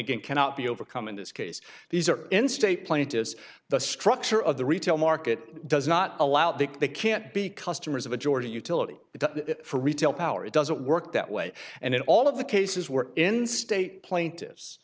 again cannot be overcome in this case these are in state plaintiffs the structure of the retail market does not allow that they can't be customers of a ga utility for retail power it doesn't work that way and in all of the cases we're in state plaintiffs